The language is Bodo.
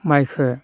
माइखो